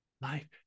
life